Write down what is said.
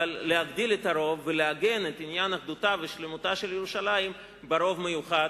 להגדיל את הרוב ולעגן את עניין אחדותה ושלמותה של ירושלים ברוב מיוחד,